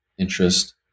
interest